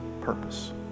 purpose